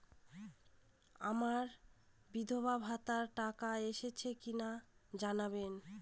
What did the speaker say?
আমার বিধবাভাতার টাকা এসেছে কিনা জানাবেন?